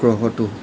গ্রহতো